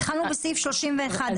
התחלנו בסעיף 31(א).